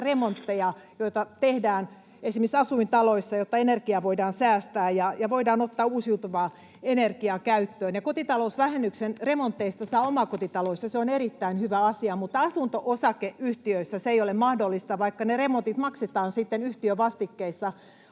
remontteja, joita tehdään esimerkiksi asuintaloissa, jotta energiaa voidaan säästää ja voidaan ottaa uusiutuvaa energiaa käyttöön. Kotitalousvähennyksen remonteista saa omakotitaloissa, se on erittäin hyvä asia, mutta asunto-osakeyhtiöissä se ei ole mahdollista, vaikka ne remontit maksetaan sitten yhtiövastikkeissa.